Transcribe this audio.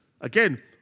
Again